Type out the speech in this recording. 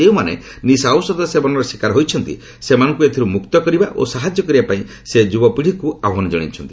ଯେଉଁମାନେ ନିଶା ଔଷଧ ସେବନର ଶିକାର ହୋଇଛନ୍ତି ସେମାନଙ୍କୁ ଏଥିରୁ ମୁକ୍ତ କରିବା ଓ ସାହାଯ୍ୟ କରିବା ପାଇଁ ସେ ଯୁବପିଢ଼ିକୁ ଆହ୍ୱାନ ଜଣାଇଛନ୍ତି